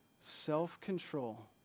self-control